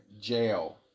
jail